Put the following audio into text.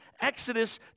exodus